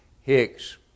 Hicks